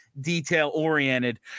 detail-oriented